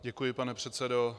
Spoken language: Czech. Děkuji, pane předsedo.